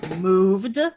moved